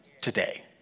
today